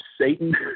Satan